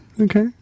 okay